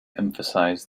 emphasised